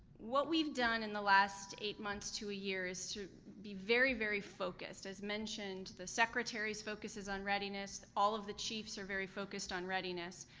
what we've done in the last eight months to a year is to be very, very focused, as mentioned, the secretary's focus is on readiness, all of the chiefs are very focused on readiness.